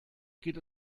geht